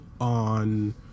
on